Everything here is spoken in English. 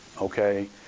okay